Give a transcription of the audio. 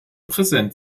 präsent